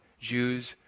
Jews